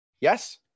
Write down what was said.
Yes